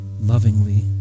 lovingly